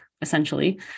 essentially